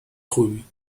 خوبی